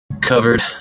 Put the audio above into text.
covered